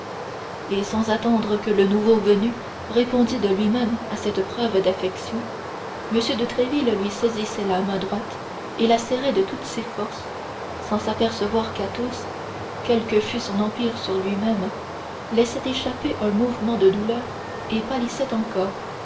et sans attendre que le nouveau venu répondît de lui-même à cette preuve d'affection m de tréville saisissait sa main droite et la lui serrait de toutes ses forces sans s'apercevoir qu'athos quel que fût son empire sur lui-même laissait échapper un mouvement de douleur et pâlissait encore